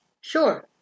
Sure